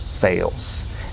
Fails